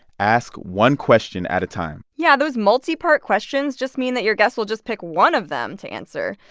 ask one question at a time yeah. those multipart questions just mean that your guests will just pick one of them to answer.